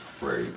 right